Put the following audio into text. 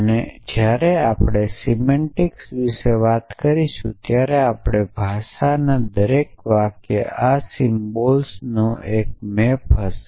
અને જ્યારે આપણે સિમેન્ટિક્સ વિશે વાત કરીશું ત્યારે આપણી ભાષામાં દરેક વાક્ય આ સિમ્બલ્સમાંથી એકનો મૅપ હશે